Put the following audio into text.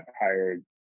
hired